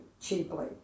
cheaply